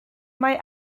mae